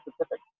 specific